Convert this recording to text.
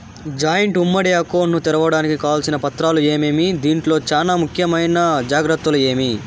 Joint ఉమ్మడి account ను తెరవడానికి కావాల్సిన పత్రాలు ఏమేమి? దీంట్లో చానా ముఖ్యమైన జాగ్రత్తలు ఏమి?